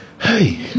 Hey